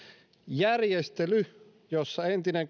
järjestely jossa entinen